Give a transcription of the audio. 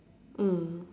mm